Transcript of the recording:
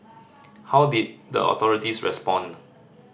how did the authorities respond